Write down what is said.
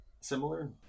similar